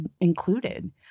included